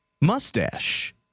mustache